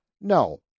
No